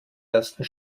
ersten